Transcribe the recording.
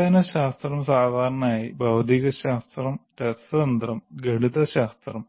അടിസ്ഥാന ശാസ്ത്രം സാധാരണയായി ഭൌതികശാസ്ത്രം രസതന്ത്രം ഗണിതശാസ്ത്രം